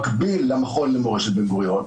מקביל למכון למורשת בן-גוריון,